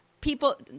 people